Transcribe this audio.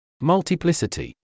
Multiplicity